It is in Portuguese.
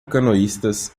canoístas